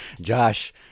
josh